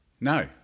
No